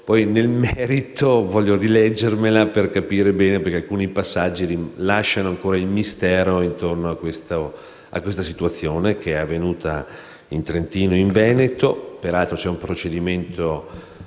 Nel merito, voglio rileggermi la risposta per capire bene, perché alcuni passaggi lasciano ancora il mistero intorno a questa situazione verificatasi in Trentino e in Veneto. Peraltro c'è un procedimento